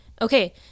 okay